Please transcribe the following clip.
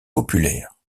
populaire